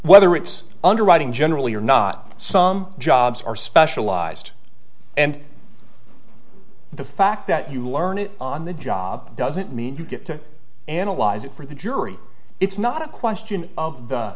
whether it's underwriting generally or not some jobs are specialized and the fact that you learn it on the job doesn't mean you get to analyze it for the jury it's not a question of